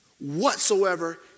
whatsoever